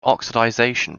oxidation